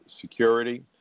Security